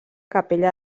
capella